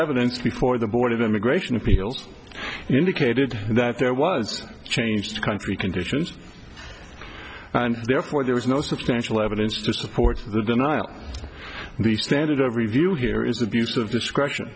evidence before the board of immigration appeals indicated that there was change the country conditions and therefore there was no substantial evidence to support the denial the standard of review here is abuse of discretion